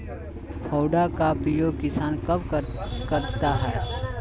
फावड़ा का उपयोग किसान कब करता है?